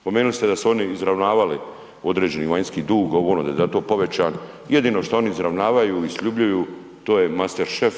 spomenuli ste da su oni izravnavali određeni vanjski dug, ovo, ono, da je zato povećan, jedino šta oni izravnavaju i sljubljuju to je master šef